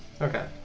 Okay